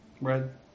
Red